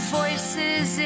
voices